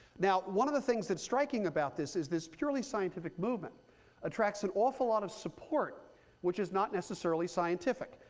now one of the things that's striking about this is this purely scientific movement attracts an awful lot of support which is not necessarily scientific.